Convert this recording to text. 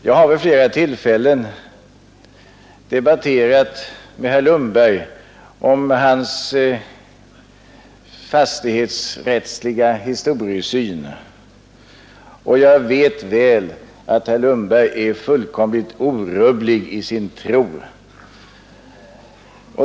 Jag har vid flera tillfällen debatterat med herr Lundberg om hans fastighetsrättsliga historiesyn, och jag vet väl att herr Lundberg är fullständigt orubblig i sin tro.